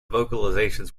vocalizations